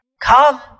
Come